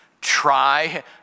try